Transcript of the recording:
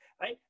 Right